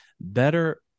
better